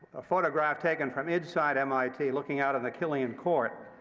a photograph taken from inside mit looking out on the killian court.